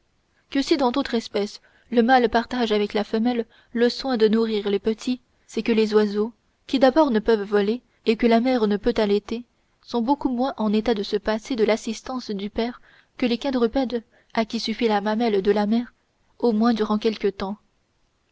que si dans d'autres espèces le mâle partage avec la femelle le soin de nourrir les petits c'est que les oiseaux qui d'abord ne peuvent voler et que la mère ne peut allaiter sont beaucoup moins en état de se passer de l'assistance du père que les quadrupèdes à qui suffit la mamelle de la mère au moins durant quelque temps